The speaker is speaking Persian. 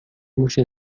موش